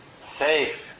Safe